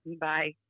Bye